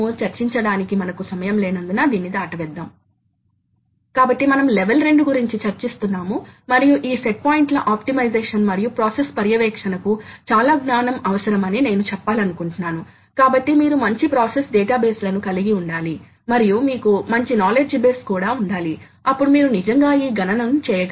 అదేవిధంగా మీరు దీనిని వివరించడానికి చూడండి అయితే ఇది బాల్ స్క్రూ మీకు స్లైడ్ పై బరువు ఉంటుంది మరియు మీకు ఒకటి వివిధ ఘర్షణ శక్తులు రెండవది మీకు కటింగ్ ఫోర్స్ కాబట్టి ఈ శక్తులన్నీ ఉత్పత్తి చేయబడుతున్నాయి ఈ విధానం ద్వారా స్క్రూ పై లోడ్ టార్క్ వలె ప్రతిబింబిస్తుంది